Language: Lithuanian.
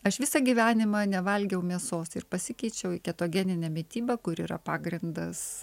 aš visą gyvenimą nevalgiau mėsos ir pasikeičiau į ketogeninę mitybą kur yra pagrindas